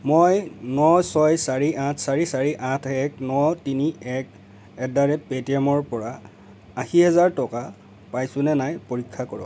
মই ন ছয় চাৰি আঠ চাৰি চাৰি আঠ এক ন তিনি এক এট দ্য় ৰেট পে'টিএমৰ পৰা আশী হাজাৰ টকা পাইছোঁ নে নাই পৰীক্ষা কৰক